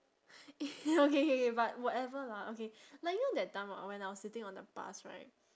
okay K K K but whatever lah okay like you know that time when I was sitting on the bus right